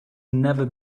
never